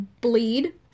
bleed